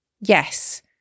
Yes